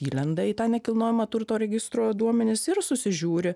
įlenda į tą nekilnojamo turto registro duomenis ir susižiūri